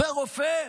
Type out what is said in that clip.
זה רופא?